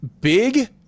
big